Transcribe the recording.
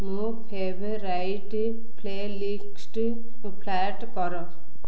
ମୋ favourite playlist କର